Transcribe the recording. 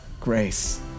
grace